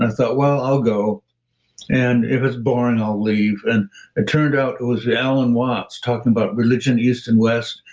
ah thought, well, i'll go and if it's boring, i'll leave. and it turned out it was alan watts talking about religion east and west,